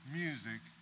music